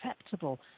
acceptable